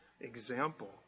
example